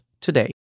today